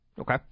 okay